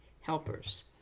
helpers